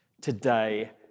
today